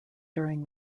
during